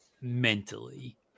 mentally